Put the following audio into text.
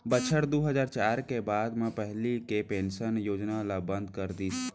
बछर दू हजार चार के बाद म पहिली के पेंसन योजना ल बंद कर दिस